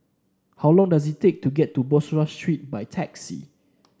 how long does it take to get to Bussorah Street by taxi